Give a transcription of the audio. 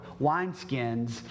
wineskins